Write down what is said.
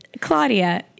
Claudia